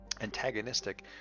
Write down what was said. antagonistic